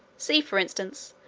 see, for instance,